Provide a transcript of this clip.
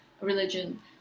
religion